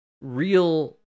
real